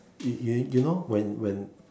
you you you know when when